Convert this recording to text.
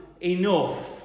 enough